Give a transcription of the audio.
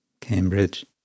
Cambridge